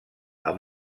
amb